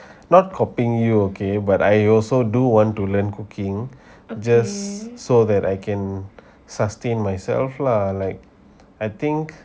not copying you okay but I also do want to learn cooking just so that I can sustain myself lah like I think